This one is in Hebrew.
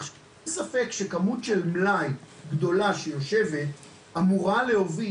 עכשיו אין ספק שכמות גדולה של מלאי שיושבת אמורה להוביל,